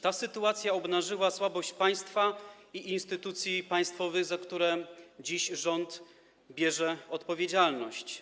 Ta sytuacja obnażyła słabość państwa i instytucji państwowych, za które dziś rząd bierze odpowiedzialność.